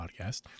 podcast